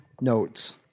notes